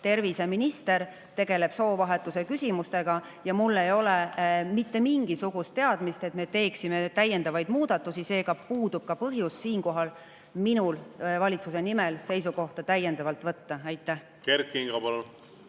Terviseminister tegeleb soovahetuse küsimustega ja mul ei ole mitte mingisugust teadmist, et me teeksime täiendavaid muudatusi. Seega puudub ka põhjus siinkohal minul valitsuse nimel täiendavalt seisukohta võtta. Aitäh